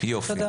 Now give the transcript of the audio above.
תודה.